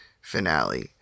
finale